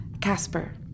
Casper